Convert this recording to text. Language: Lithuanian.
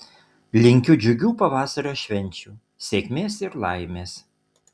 linkiu džiugių pavasario švenčių sėkmės ir laimės